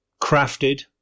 crafted